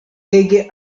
ege